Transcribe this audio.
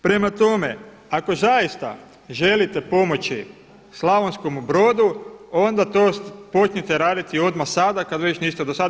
Prema tome, ako zaista želite pomoći Slavonskom Brodu onda to počnite raditi odmah sada kad već niste dosada.